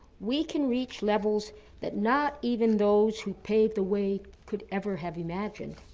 we can reach levels that not even those who paved the way could ever have imagined.